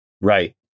Right